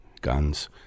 guns